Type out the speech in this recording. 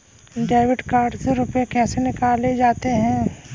Debit card से रुपये कैसे निकाले जाते हैं?